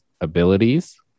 abilities